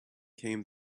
came